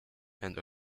and